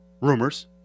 Rumors